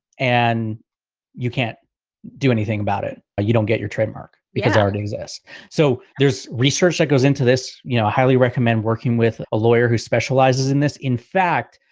and you can't do anything about it, you don't get your trademark because already exists so there's research that goes into this, you know, i highly recommend working with a lawyer who specializes in this. in fact,